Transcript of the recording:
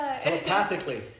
telepathically